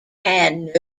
had